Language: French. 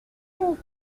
tout